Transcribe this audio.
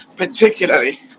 particularly